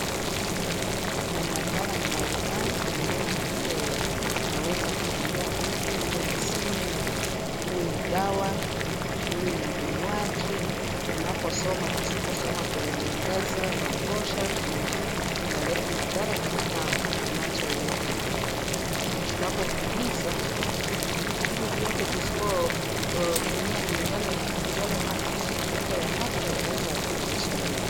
Kuna madhara mbali mbali kulingana vile tunaweza kutumia vitu, iwe ni simu, iwe ni dawa, iwe ni vinywaji, tunaposoma, tusiposoma kwenye mwangaza wa kutosha. Kuna, inaleta madhara katika macho yetu. Na tunapopuliza, hivi vyote tusipotumia kulingana na yale maagizo yamewekwa ya afya, yanaweza athiri maisha yetu.